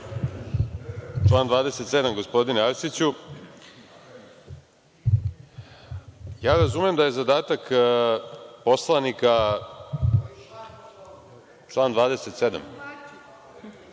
Član 27, gospodine Arsiću. Ja razumem da je zadatak poslanika…(Poslanici